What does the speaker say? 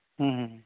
ᱦᱩᱸ ᱦᱩᱸ